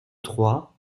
trois